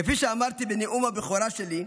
כפי שאמרתי בנאום הבכורה שלי,